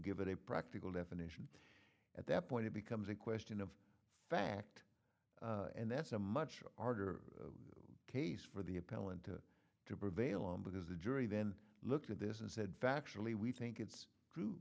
give it a practical definition at that point it becomes a question of fact and that's a much harder case for the appellant to to prevail on because the jury then look at this and said factually we think it's true